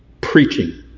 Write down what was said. preaching